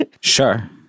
sure